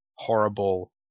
horrible